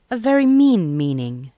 a very mean meaning.